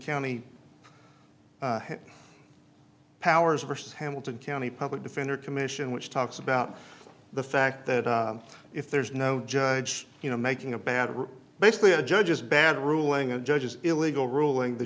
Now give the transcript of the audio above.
county powers versus hamilton county public defender commission which talks about the fact that if there's no judge you know making a bad basically a judge's bad ruling and judges illegal ruling the